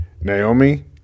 Naomi